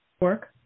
Work